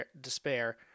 despair